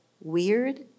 weird